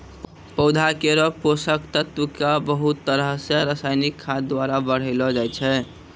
पौधा केरो पोषक तत्व क बहुत तरह सें रासायनिक खाद द्वारा बढ़ैलो जाय छै